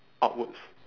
upwards